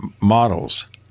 models